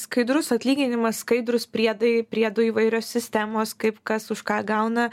skaidrus atlyginimas skaidrūs priedai priedų įvairios sistemos kaip kas už ką gauna